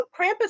Krampus